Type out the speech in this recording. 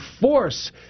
force